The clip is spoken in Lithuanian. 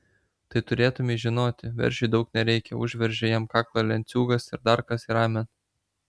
tai turėtumei žinoti veršiui daug nereikia užveržė jam kaklą lenciūgas ar dar kas ir amen